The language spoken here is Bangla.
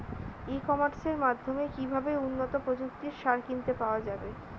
ই কমার্সের মাধ্যমে কিভাবে উন্নত প্রযুক্তির সার কিনতে পাওয়া যাবে?